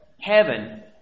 heaven